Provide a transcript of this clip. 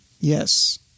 Yes